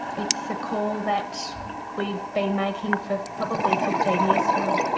it's a call that we've been making for probably fifteen years now.